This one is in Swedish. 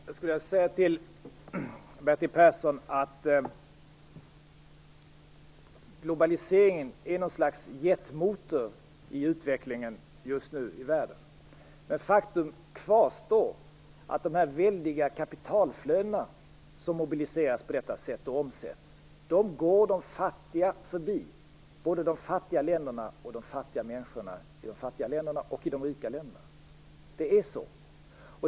Herr talman! Jag skulle vilja säga till Bertil Persson att globaliseringen är något slags jetmotor i utvecklingen i världen just nu. Men faktum kvarstår. De väldiga kapitalflöden som mobiliseras och omsätts på detta sätt går de fattiga förbi, både de fattiga länderna och de fattiga människorna i de fattiga länderna och i de rika länderna. Det är så.